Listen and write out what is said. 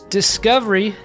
discovery